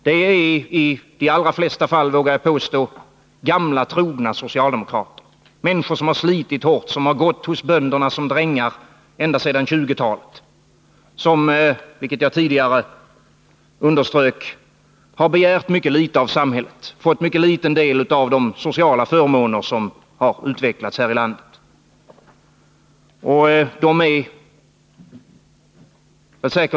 Jag vågar påstå att det i de allra flesta fall är fråga om gamla trogna socialdemokrater, människor som har slitit hårt, som började som drängar hos bönderna på 1920-talet. De har, som jag tidigare underströk, begärt föga av samhället, och de har tillgodogjort sig en obetydlig del av de sociala förmåner som har utvecklats här i landet.